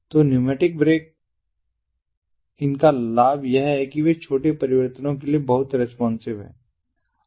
तो ये pneumatic brake इनका लाभ यह है कि वे छोटे परिवर्तनों के लिए बहुत रेस्पॉन्सिव हैं